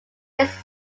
based